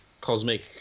Cosmic